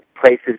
places